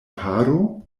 paro